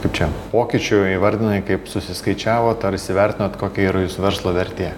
kaip čia pokyčių įvardinai kaip susiskaičiavot ar įsivertinot kokia yra jūsų verslo vertė